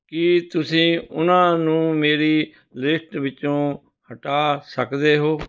ਕੀ ਤੁਸੀਂ ਉਨ੍ਹਾਂ ਨੂੰ ਮੇਰੀ ਲਿਸਟ ਵਿੱਚੋਂ ਹਟਾ ਸਕਦੇ ਹੋ